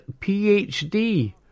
PhD